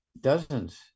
dozens